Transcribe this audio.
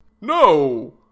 No